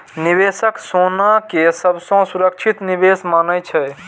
निवेशक सोना कें सबसं सुरक्षित निवेश मानै छै